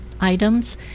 items